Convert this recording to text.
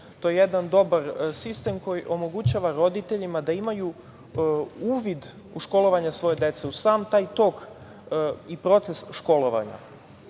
To je jedan dobar sistem koji omogućava roditeljima da imaju uvid u školovanje svoje dece, u sam taj tok i proces školovanja,